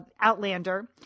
outlander